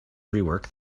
rework